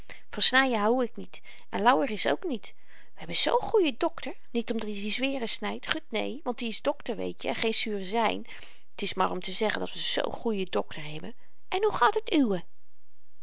snyen houd ik niet en louweris ook niet we hebben zoo'n goeien dokter niet omdat i zweeren snydt gut né want i is dokter weetje en geen surezyn t is maar om te zeggen dat we zoo'n goeien dokter hebben en hoe gaat het uwe